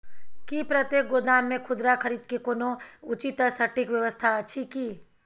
की प्रतेक गोदाम मे खुदरा खरीद के कोनो उचित आ सटिक व्यवस्था अछि की?